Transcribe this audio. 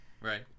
Right